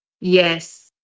Yes